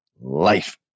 life